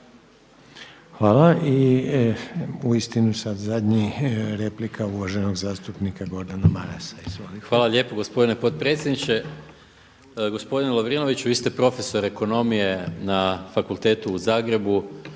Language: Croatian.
Hvala. I uistinu sada zadnji, replika uvaženog zastupnika Gordana Marasa. Izvolite. **Maras, Gordan (SDP)** Hvala lijepo gospodine potpredsjedniče. Gospodine Lovrinović, vi ste profesor ekonomije na Fakultetu u Zagrebu,